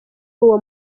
uwo